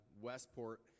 Westport